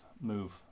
move